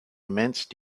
immense